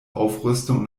aufrüstung